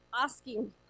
asking